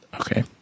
Okay